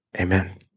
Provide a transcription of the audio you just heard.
amen